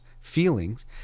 feelings